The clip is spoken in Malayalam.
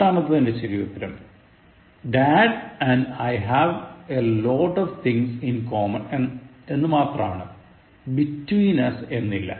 എട്ടമാത്തെതിന്റെ ശരിയുത്തരം Dad and I have a lot of things in common എന്ന് മാത്രമാണ് between us എന്നില്ല